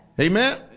Amen